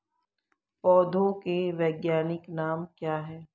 पौधों के वैज्ञानिक नाम क्या हैं?